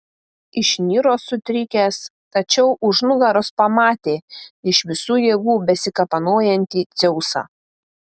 išniro sutrikęs tačiau už nugaros pamatė iš visų jėgų besikapanojantį dzeusą